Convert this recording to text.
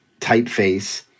typeface